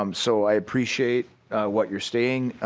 um so i appreciate what you are stating